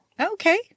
Okay